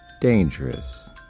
dangerous